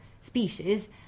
species